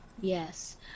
Yes